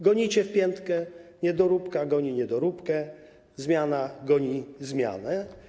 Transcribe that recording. Gonicie w piętkę, niedoróbka goni niedoróbkę, zmiana goni zmianę.